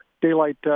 daylight